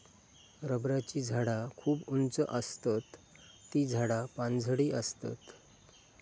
रबराची झाडा खूप उंच आसतत ती झाडा पानझडी आसतत